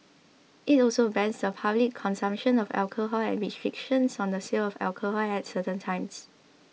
it also bans the public consumption of alcohol and restrictions on the sale of alcohol at certain times